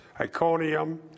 Iconium